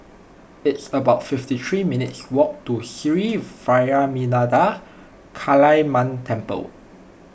it's about fifty three minutes' walk to Sri Vairavimada Kaliamman Temple